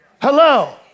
Hello